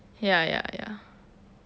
ya ya ya